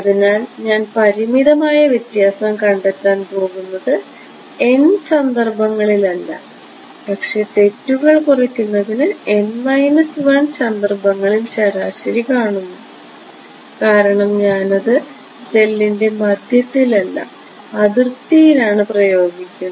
അതിനാൽ ഞാൻ പരിമിതമായ വ്യത്യാസം കണ്ടെത്താൻ പോകുന്നത് n സന്ദർഭങ്ങളിൽ അല്ല പക്ഷേ തെറ്റുകൾ കുറയ്ക്കുന്നതിന് n 1 സന്ദർഭങ്ങളിൽ ശരാശരി കാണുന്നു കാരണം ഞാൻ അത് സെല്ലിന്റെ മധ്യത്തിലല്ല അതിർത്തിയിൽ ആണ് പ്രയോഗിക്കുന്നത്